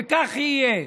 וכך יהיה.